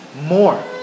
more